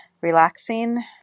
relaxing